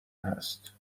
هست